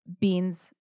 Beans